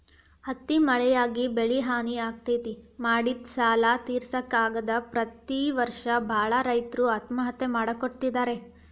ಅತಿ ಮಳಿಯಾಗಿ ಬೆಳಿಹಾನಿ ಆಗ್ತೇತಿ, ಮಾಡಿದ ಸಾಲಾ ತಿರ್ಸಾಕ ಆಗದ ಪ್ರತಿ ವರ್ಷ ಬಾಳ ರೈತರು ಆತ್ಮಹತ್ಯೆ ಮಾಡ್ಕೋತಿದಾರ